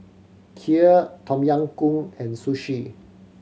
Kheer Tom Yam Goong and Sushi